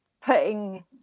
putting